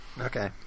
Okay